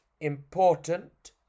important